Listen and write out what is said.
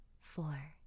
four